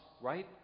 right